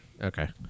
Okay